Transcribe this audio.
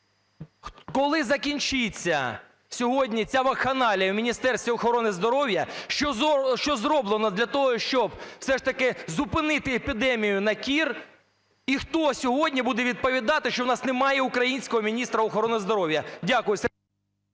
…коли закінчиться сьогодні ця вакханалія у Міністерстві охорони здоров'я? Що зроблено для того, щоб все ж таки зупинити епідемію на кір? І хто сьогодні буде відповідати, що в нас немає українського міністра охорони здоров'я? Дякую.